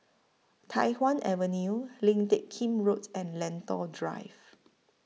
Tai Hwan Avenue Lim Teck Kim Road and Lentor Drive